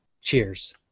Cheers